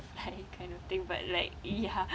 butterfly kind of thing but like ya